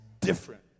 different